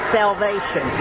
salvation